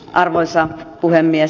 arvoisa puhemies